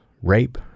Rape